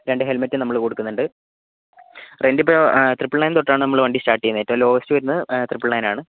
രണ്ടു ഹെൽമറ്റ് നമ്മൾ കൊടുക്കുന്നുണ്ട് റെൻറ് ഇപ്പോൾ ട്രിപ്പൾ നയൺ തൊട്ടാണ് നമ്മൾ വണ്ടി സ്റ്റാർട്ട് ചെയുന്നത് ട്വൽവ് അവേർസ് വരുന്നത് ട്രിപ്പൾ നയൺ ആണ്